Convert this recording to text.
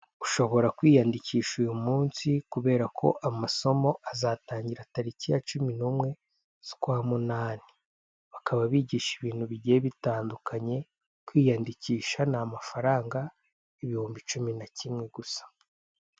Ushobora kwiyandikisha uyu munsi kubera ko amasomo azatangira tariki ya cumi n'imwe z'ukwa munani, bakaba bigisha ibintu bigiye bitandukanye; kwiyandikisha ni amafaranga ibihumbi cumi na kimwe gusa.